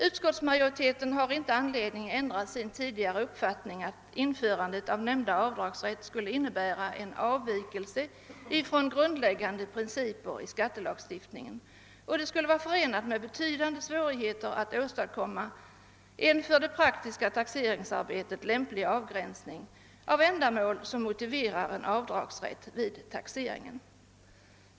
Utskottsmajoriteten har inte funnit anledning ändra på sin tidigare uppfattning, att införande av avdragsrätt för gåvor skulle innebära en avvikelse från de grundläggande principerna i skattelagstiftningen och att det skulle vara förenat med betydande svårigheter att åstadkomma en för det praktiska taxeringsarbetet lämplig avgränsning av ändamål som motiverar rätt till avdrag vid taxeringen.